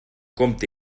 compte